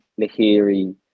lahiri